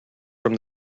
from